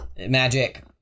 magic